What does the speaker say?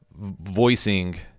voicing